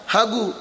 Hagu